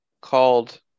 called